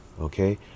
okay